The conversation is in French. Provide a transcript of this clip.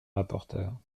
rapporteure